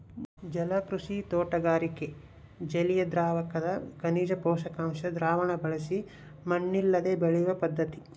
ಜಲಕೃಷಿ ತೋಟಗಾರಿಕೆ ಜಲಿಯದ್ರಾವಕದಗ ಖನಿಜ ಪೋಷಕಾಂಶ ದ್ರಾವಣ ಬಳಸಿ ಮಣ್ಣಿಲ್ಲದೆ ಬೆಳೆಯುವ ಪದ್ಧತಿ